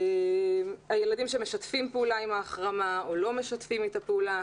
הילדים שמשתפים פעולה עם ההחרמה או לא משתפים אתה פעולה,